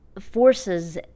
forces